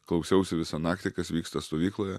klausiausi visą naktį kas vyksta stovykloje